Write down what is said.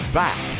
back